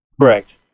correct